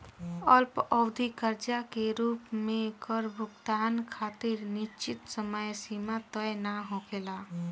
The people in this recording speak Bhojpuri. अल्पअवधि कर्जा के रूप में कर भुगतान खातिर निश्चित समय सीमा तय ना होखेला